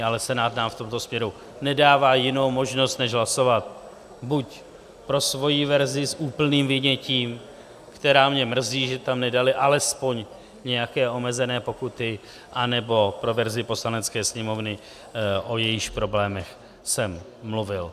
Ale Senát nám v tomto směru nedává jinou možnost než hlasovat buď pro svoji verzi s úplným vynětím, kde mě mrzí, že tam nedali alespoň nějaké omezené pokuty, anebo pro verzi Poslanecké sněmovny, o těchto problémech jsem mluvil.